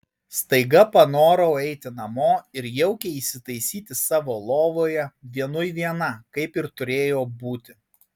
staiga panorau eiti namo ir jaukiai įsitaisyti savo lovoje vienui viena kaip ir turėjo būti